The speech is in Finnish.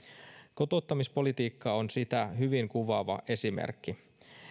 kotouttamispolitiikka on sitä hyvin kuvaava esimerkki